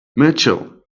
michelle